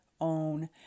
own